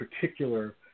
particular